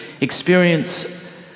experience